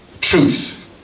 Truth